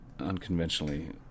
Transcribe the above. unconventionally